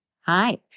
Hi